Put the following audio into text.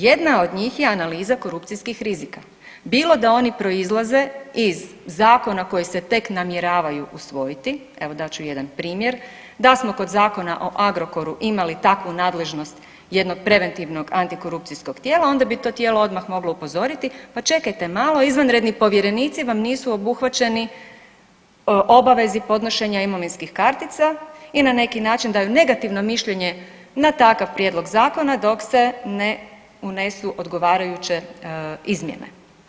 Jedna od njih je analiza korupcijskih rizika, bilo da oni proizlaze iz zakona koji se tek namjeravaju usvojiti, evo dat ću jedan primjer, da smo kod zakona o Agrokoru imali takvu nadležnost jednog preventivnog antikorupcijskog tijela onda bi to tijelo odmah moglo upozoriti, pa čekajte malo, izvanredni povjerenici vam nisu obuhvaćeni obavezi podnošenja imovinskih kartica i na neki način daju negativno mišljenje na takav prijedlog zakona dok se ne unesu odgovarajuće izmjene.